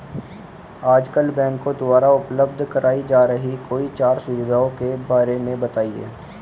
आजकल बैंकों द्वारा उपलब्ध कराई जा रही कोई चार सुविधाओं के बारे में बताइए?